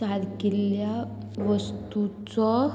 सारकिल्ल्या वस्तुंचो